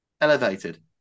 elevated